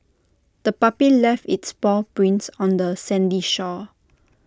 the puppy left its paw prints on the sandy shore